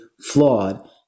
flawed